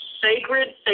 sacred